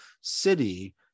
city